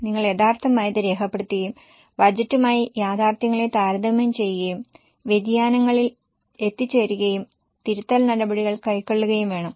നിങ്ങൾ യഥാർത്ഥമായത് രേഖപ്പെടുത്തുകയും ബഡ്ജറ്റുമായി യാഥാർത്ഥ്യങ്ങളെ താരതമ്യം ചെയ്യുകയും വ്യതിയാനങ്ങളിൽ എത്തിച്ചേരുകയും തിരുത്തൽ നടപടികൾ കൈക്കൊള്ളുകയും വേണം